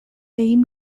egin